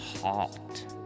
HOT